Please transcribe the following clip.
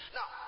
Now